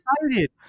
excited